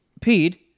peed